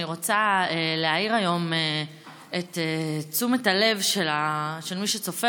אני רוצה להעיר היום את תשומת הלב של מי שצופה